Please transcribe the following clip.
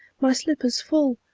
my slipper's full!